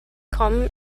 kommen